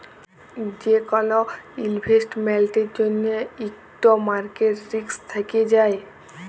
যে কল ইলভেস্টমেল্টের জ্যনহে ইকট মার্কেট রিস্ক থ্যাকে যায়